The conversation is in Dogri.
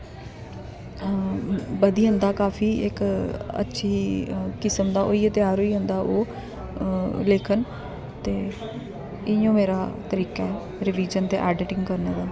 बधी जंदा काफी इक अच्छी किस्म दा होइयै त्यार होई जंदा ओह् लेखन ते इ'यो मेरा तरीका ऐ रिवीजन ते एडिटिंग करने दा